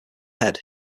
head